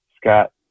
Scott